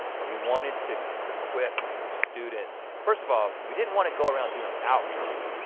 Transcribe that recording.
and we wanted to equip students. first of all, we didn't want to go around doing outreaches.